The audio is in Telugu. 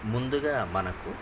ముందుగా మనకు